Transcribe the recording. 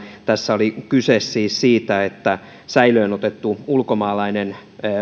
tässä oli kyse siis siitä että säilöön otettu ulkomaalainen